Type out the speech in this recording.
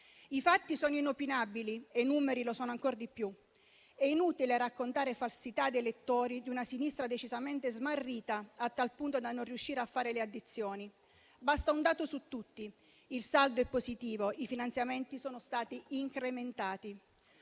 I fatti sono inopinabili e i numeri lo sono ancor di più. È inutile raccontare falsità ad elettori di una sinistra decisamente smarrita, a tal punto da non riuscire a fare le addizioni. Basta un dato su tutti: il saldo è positivo, i finanziamenti sono stati incrementati.